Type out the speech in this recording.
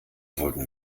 wollten